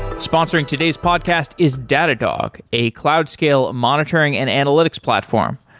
sponsoring today's podcast is datadog, a cloud scale monitoring and analytics platform.